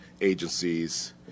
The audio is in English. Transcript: agencies